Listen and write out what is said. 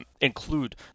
include